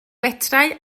metrau